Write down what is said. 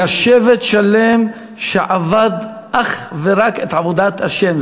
היה שבט שלם שעבד אך ורק את עבודת השם,